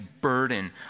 burden